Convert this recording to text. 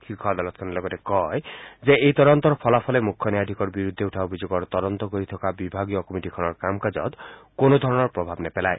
শীৰ্ষ আদালতে লগতে কয় যে এই তদন্তৰ ফলাফলে মুখ্য ন্যায়াধীশৰ বিৰুদ্ধে উঠা অভিযোগৰ তদন্ত কৰি থকা বিভাগীয় কমিটীখনৰ কাম কাজত কোনোধৰণৰ প্ৰভাৱ নেপেলায়